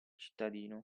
cittadino